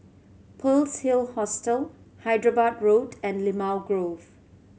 Pearl's Hill Hostel Hyderabad Road and Limau Grove